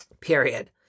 period